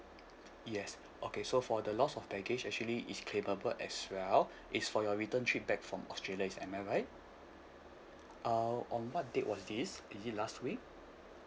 yes okay so for the loss of baggage actually is claimable as well it's for your return trip back from australia is am I right uh on what date was this is it last week